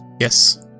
Yes